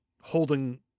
holding